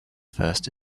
first